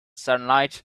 sunlight